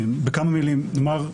בכמה מילים אומר,